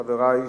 חברי,